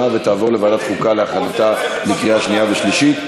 ותעבור לוועדת חוקה להכנתה לקריאה שנייה ושלישית.